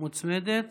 מוצמדת